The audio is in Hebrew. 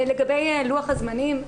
לגבי לוח הזמנים,